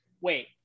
Wait